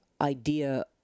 idea